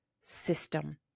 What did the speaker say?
system